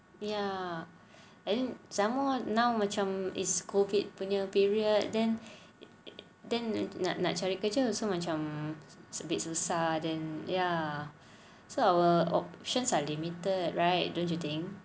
ya at least some more now macam it's COVID punya period then then nak nak cari kerja pun macam susah then ya so our options are limited right don't you think